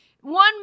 One